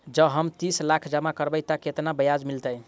जँ हम तीस लाख जमा करबै तऽ केतना ब्याज मिलतै?